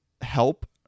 help